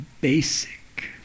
basic